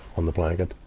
on the blanket.